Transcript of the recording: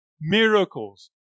miracles